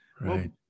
Right